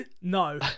No